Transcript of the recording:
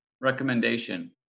recommendation